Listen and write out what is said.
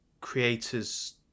creators